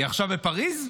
היא עכשיו בפריז?